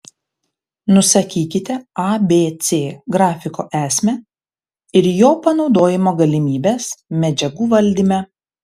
nusakykite abc grafiko esmę ir jo panaudojimo galimybes medžiagų valdyme